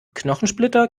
knochensplitter